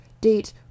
date